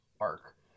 arc